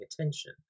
attention